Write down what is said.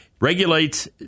Regulates